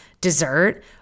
dessert